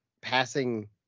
passing